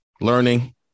learning